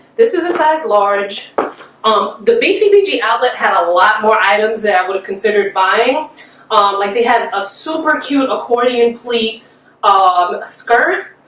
this is a sag large um the bcbg outlet had a lot more items that would have considered buying um like they had a super tuned accordion. pleat ah um and a skirt,